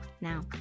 now